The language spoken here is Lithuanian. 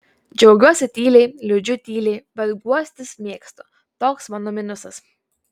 džiaugiuosi tyliai liūdžiu tyliai bet guostis mėgstu toks mano minusas